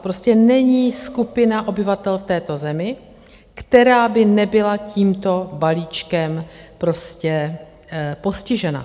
Prostě není skupina obyvatel v této zemi, která by nebyla tímto balíčkem postižena.